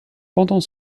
pendant